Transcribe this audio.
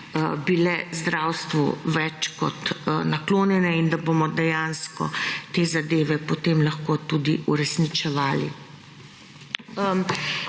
bile zdravstvu več kot naklonjene in da bomo dejansko te zadeve potem lahko tudi uresničevali.